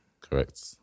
Correct